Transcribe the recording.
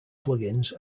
plugins